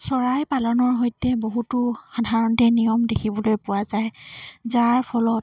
চৰাই পালনৰ সৈতে বহুতো সাধাৰণতে নিয়ম দেখিবলৈ পোৱা যায় যাৰ ফলত